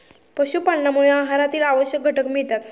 पशुपालनामुळे आहारातील आवश्यक घटक मिळतात